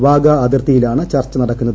വാഗാ അതിർത്തിയിലാണ് ചർച്ച നടക്കുന്നത്